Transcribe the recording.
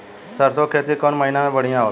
सरसों के खेती कौन महीना में बढ़िया होला?